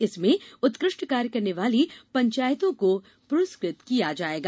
इसमें उत्कृष्ट कार्य करने वाली पंचायतों को पुरस्कृत किया जाएगा